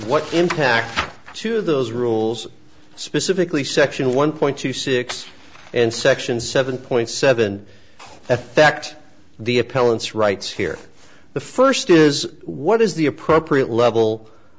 what impact to those rules specifically section one point two six in section seven point seven affect the appellant's rights here the first is what is the appropriate level